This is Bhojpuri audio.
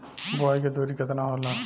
बुआई के दुरी केतना होला?